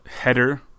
header